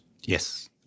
Yes